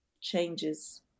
changes